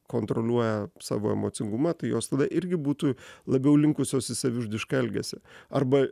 kontroliuoja savo emocingumą tai jos tada irgi būtų labiau linkusios į savižudišką elgesį arba